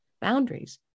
boundaries